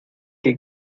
que